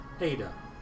Ada